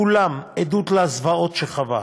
כולם עדות לזוועות שחווה,